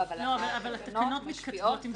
אבל התקנות מתכתבות עם זה.